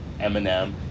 Eminem